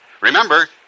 Remember